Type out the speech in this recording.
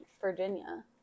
Virginia